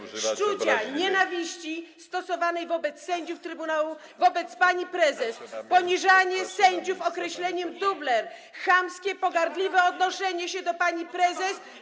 pogardy, szczucia, nienawiści stosowanej wobec sędziów trybunału, wobec pani prezes, poniżanie sędziów określeniem „dublem”, chamskie, pogardliwe odnoszenie się do pani prezes.